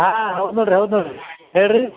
ಹಾಂ ಹೌದು ನೋಡಿರಿ ಹೌದು ನೋಡಿರಿ ಹೇಳಿರಿ